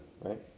right